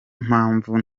mpamvu